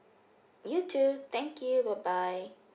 you too thank you bye bye